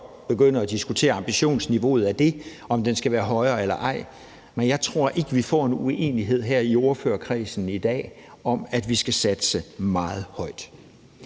godt begynde at diskutere ambitionsniveauet af det, og om det skal være højere eller ej, men jeg tror ikke, vi får en uenighed her i ordførerkredsen i dag om, at vi skal satse meget højt.